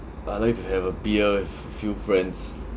I like to have a beer with few friends